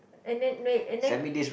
and then and then